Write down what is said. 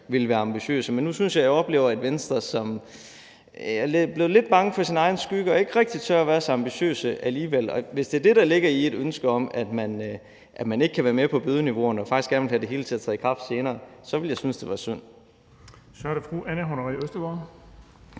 ville være ambitiøse. Men nu synes jeg, jeg oplever et Venstre, som er blevet lidt bange for sin egen skygge og ikke rigtig tør være så ambitiøse alligevel, og hvis det er det, der ligger i, at man ikke kan være med på bødeniveauerne, og at man faktisk gerne vil have det hele til at træde i kraft senere, så ville jeg synes, det var synd. Kl. 14:44 Den fg.